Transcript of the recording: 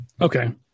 Okay